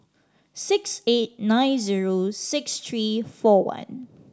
six eight nine zero six three four one